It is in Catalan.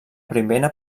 primera